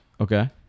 Okay